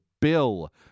bill